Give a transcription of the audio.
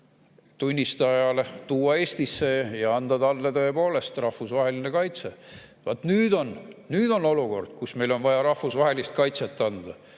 tunnistaja tuua Eestisse ja anda talle tõepoolest rahvusvaheline kaitse. Vaat nüüd on olukord, kus meil on vaja rahvusvahelist kaitset anda.